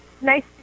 nice